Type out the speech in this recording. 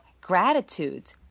gratitude